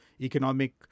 economic